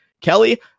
Kelly